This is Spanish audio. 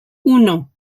uno